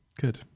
good